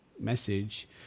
message